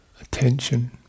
attention